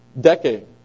decade